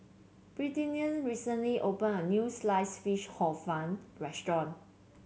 Britany recently opened a new Sliced Fish Hor Fun restaurant